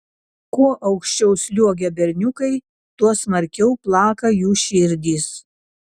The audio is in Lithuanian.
kuo aukščiau sliuogia berniukai tuo smarkiau plaka jų širdys